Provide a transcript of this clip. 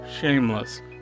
Shameless